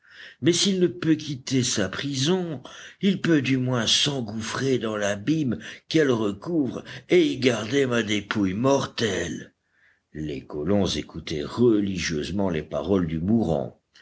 mais s'il ne peut quitter sa prison il peut du moins s'engouffrer dans l'abîme qu'elle recouvre et y garder ma dépouille mortelle les colons écoutaient religieusement les paroles du mourant